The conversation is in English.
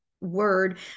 word